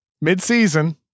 mid-season